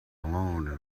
alone